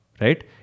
right